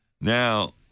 Now